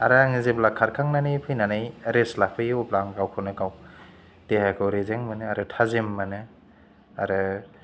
आरो आङो जेब्ला खारखांनानै फैनानै रेस्ट लाफैयो अब्ला आं गावखौनो गाव देहाखौ रेजें मोनो आरो थाजिम मोनो आरो